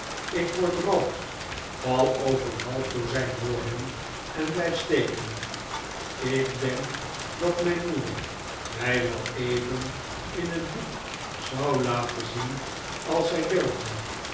ik word rood val over een half dozijn woorden en blijf steken ik denk dat mijn moeder mij wel even in het boek zou laten zien als zij durfde